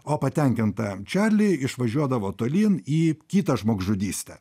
o patenkinta čarli išvažiuodavo tolyn į kitą žmogžudystę